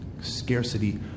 scarcity